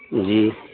جی